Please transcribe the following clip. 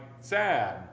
sad